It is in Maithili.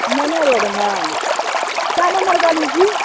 मेने रोडमे कै नम्बर गली छी